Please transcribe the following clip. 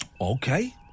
Okay